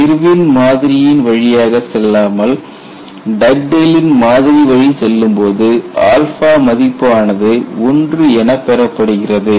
Irwin மாதிரியின் வழியாக செல்லாமல் டக்டேலின் மாதிரி Dugdales model வழி செல்லும் போது மதிப்பு ஆனது 1 என பெறப்படுகிறது